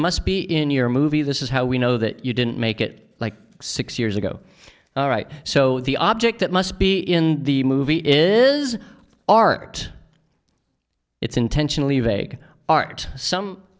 must be in your movie this is how we know that you didn't make it like six years ago all right so the object that must be in the movie is art it's intentionally vague art some